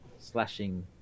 slashing